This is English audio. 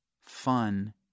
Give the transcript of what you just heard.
fun